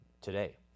today